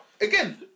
Again